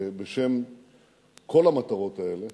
ובשם כל המטרות האלה